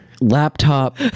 laptop